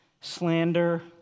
slander